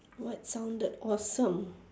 what sounded awesome